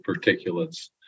particulates